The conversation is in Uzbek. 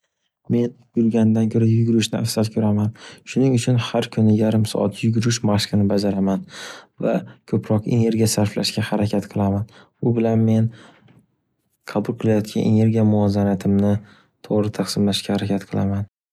Men yurgandan ko’ra yugurishni afzal ko’raman. Shuning uchun har kuni yarim soat yugirish mashqini bajaraman. Va ko’proq energiya sarflashga harakat qilaman. U bilan men qabul qilayotgan energiya muvozanatimni to’g’ri taqsimlashga harakat qilaman.